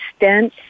stents